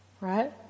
Right